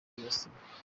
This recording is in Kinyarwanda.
byibasiye